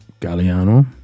galliano